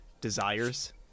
desires